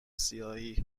سیاهی